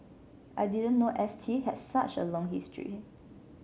I didn't know S T had such a long history